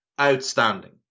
outstanding